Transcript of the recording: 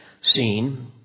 seen